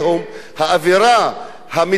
האווירה המתלהמת,